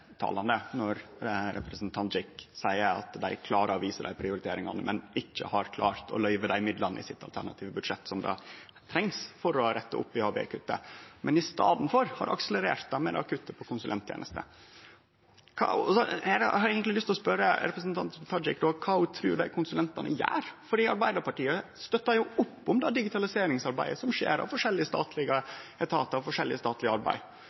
talande når representanten Tajik seier at dei klarer å vise dei prioriteringane, mens dei i det alternative budsjettet sitt ikkje har klart å løyve dei midlane som trengst for å rette opp i ABE-kuttet, men i staden for har akselerert det med kuttet i konsulenttenestene. Eg har eigentleg lyst til å spørje representanten Tajik om kva ho trur dei konsulentane gjer, for Arbeidarpartiet støttar jo opp om det digitaliseringsarbeidet som skjer i forskjellige statlege etatar og i forskjellig statleg arbeid.